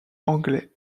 anglais